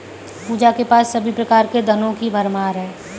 पूजा के पास सभी प्रकार के धनों की भरमार है